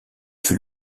fut